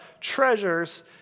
treasures